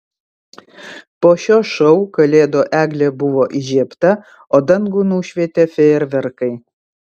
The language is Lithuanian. po šio šou kalėdų eglė buvo įžiebta o dangų nušvietė fejerverkai